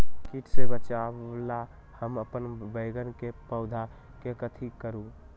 किट से बचावला हम अपन बैंगन के पौधा के कथी करू?